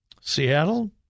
Seattle